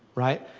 right.